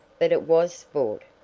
but it was sport,